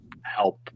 help